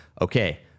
okay